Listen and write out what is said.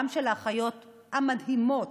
גם של האחיות המדהימות